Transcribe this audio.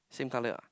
same colour ah